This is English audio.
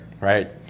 right